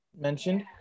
mentioned